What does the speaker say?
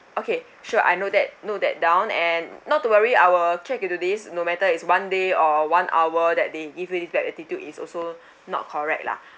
okay sure I note that note that down and not to worry I will check into this no matter is one day or one hour that they give you this bad attitude is also not correct lah